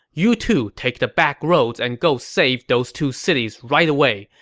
you two take the backroads and go save those two cities right away.